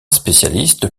spécialiste